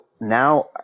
now